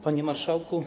Panie Marszałku!